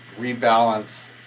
rebalance